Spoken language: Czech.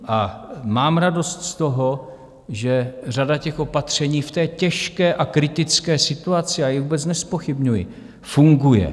A mám radost z toho, že řada opatření v té těžké a kritické situaci já ji vůbec nezpochybňuji funguje.